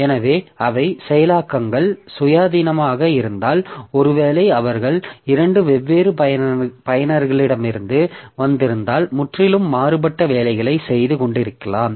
எனவே அவை செயலாக்கங்கள் சுயாதீனமாக இருந்தால் ஒருவேளை அவர்கள் இரண்டு வெவ்வேறு பயனர்களிடமிருந்து வந்திருந்தால் முற்றிலும் மாறுபட்ட வேலைகளைச் செய்து கொண்டிருக்கலாம்